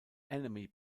enemy